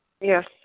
Yes